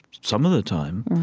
some of the time,